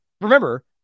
remember